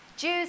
Jews